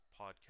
podcast